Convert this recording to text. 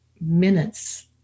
minutes